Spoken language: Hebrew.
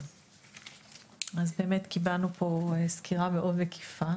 טוב, באמת קיבלנו פה סקירה מקיפה